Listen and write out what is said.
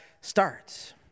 starts